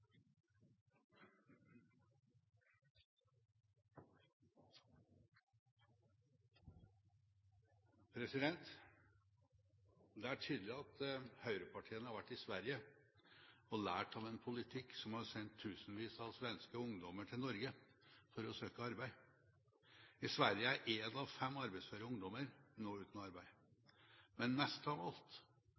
tydelig at høyrepartiene har vært i Sverige og lært av en politikk som har sendt tusenvis av svenske ungdommer til Norge for å søke arbeid. I Sverige er én av fem arbeidsføre ungdommer nå uten arbeid. Men mest av alt